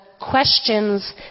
questions